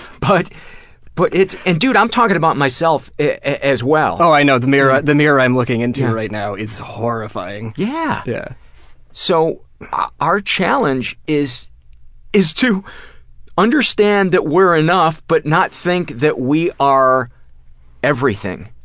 but but and dude, i'm talking about myself as well. oh i know. the mirror the mirror i'm looking into right now is horrifying. yeah. yeah so our challenge is is to understand that we're enough but not think that we are everything.